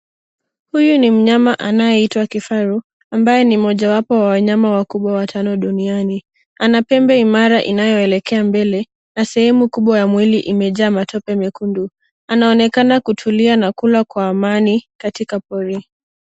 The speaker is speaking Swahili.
Huyu ni mnyama anayeitwa kifaru, ambaye ni mojawapo wa wanyama wakubwa watano duniani. Ana pembe imara inayoelekea mbele, na sehemu kubwa ya mwili imejaa matope mekundu. Anaonekana kutulia na kula kwa amani katika pori.